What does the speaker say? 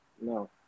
No